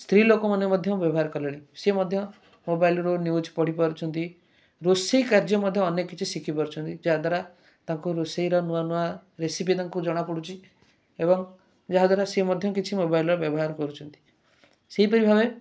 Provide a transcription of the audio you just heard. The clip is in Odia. ସ୍ତ୍ରୀ ଲୋକମାନେ ମଧ୍ୟ ବ୍ୟବହାର କଲେଣି ସିଏ ମଧ୍ୟ ମୋବାଇଲ୍ରୁ ନ୍ୟୁଜ୍ ପଢ଼ି ପାରୁଛନ୍ତି ରୋଷେଇ କାର୍ଯ୍ୟ ମଧ୍ୟ ଅନେକ କିଛି ଶିଖି ପାରୁଛନ୍ତି ଯାହା ଦ୍ୱାରା ତାଙ୍କ ରୋଷେଇର ନୂଆ ନୂଆ ରେସିପି ତାଙ୍କୁ ଜଣା ପଡ଼ୁଛି ଏବଂ ଯାହା ଦ୍ୱାରା ସିଏ ମଧ୍ୟ କିଛି ମୋବାଇଲ୍ର ବ୍ୟବହାର କରୁଛନ୍ତି ସେହିପରି ଭାବେ